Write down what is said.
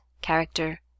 character